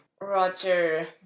Roger